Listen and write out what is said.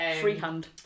freehand